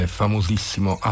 famosissimo